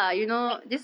what